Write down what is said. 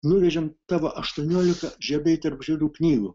nuvežėm tavo aštuoniolika žiedai tarp žiedų knygų